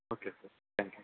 okay sir thank you